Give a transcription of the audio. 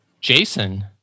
Jason